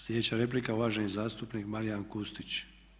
Sljedeća replika uvaženi zastupnik Marijan Kustić.